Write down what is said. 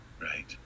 Right